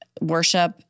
worship